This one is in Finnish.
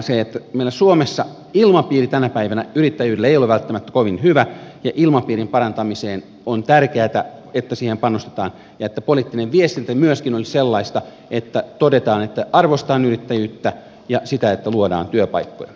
kun meillä suomessa ilmapiiri yrittäjyydelle tänä päivänä ei ole välttämättä kovin hyvä niin on tärkeätä että ilmapiirin parantamiseen panostetaan ja että poliittinen viestintä myöskin olisi sellaista että todetaan että arvostetaan yrittäjyyttä ja sitä että luodaan työpaikkoja